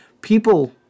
people